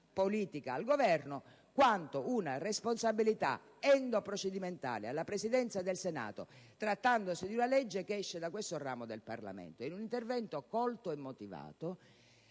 politica al Governo quanto una responsabilità endoprocedimentale alla Presidenza del Senato, trattandosi di una legge che esce da questo ramo del Parlamento». In un intervento colto e motivato,